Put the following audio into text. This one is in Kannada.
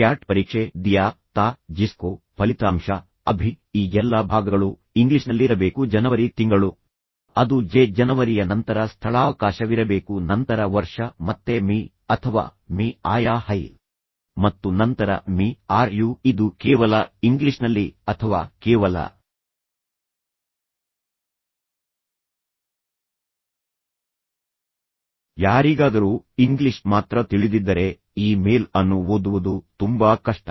ಕ್ಯಾಟ್ ಪರೀಕ್ಷೆ ದಿಯಾ ಟಾ ಡಿಸ್ಕೋ ಫಲಿತಾಂಶ ಹ್ಯಾಬಿ ಈ ಎಲ್ಲಾ ಭಾಗಗಳು ಇಂಗ್ಲಿಷ್ನಲ್ಲಿರಬೇಕು ಜನವರಿ ತಿಂಗಳು ಅದು ರಾಜಧಾನಿಯಲ್ಲಿರಬೇಕು ಜೆ ಜನವರಿಯ ನಂತರ ಸ್ಥಳಾವಕಾಶವಿರಬೇಕು ನಂತರ ವರ್ಷ ಮತ್ತೆ ಮಿ ಅಥವಾ ಮಿ ಆಯಾ ಹೈ ಮತ್ತು ನಂತರ ಮಿ ಆರ್ ಯು ಇದು ಕೇವಲ ಇಂಗ್ಲಿಷ್ನಲ್ಲಿ ಅಥವಾ ಕೇವಲ ಅಥವಾ ಕೇವಲ ಆದ್ದರಿಂದ ಯಾರಿಗಾದರೂ ಇಂಗ್ಲಿಷ್ ಮಾತ್ರ ತಿಳಿದಿದ್ದರೆ ಈ ಮೇಲ್ ಅನ್ನು ಓದುವುದು ತುಂಬಾ ಕಷ್ಟ